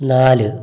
നാല്